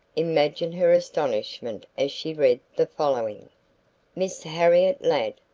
imagine her astonishment as she read the following miss harriet ladd,